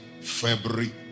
February